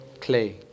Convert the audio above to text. clay